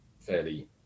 fairly